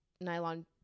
Nylon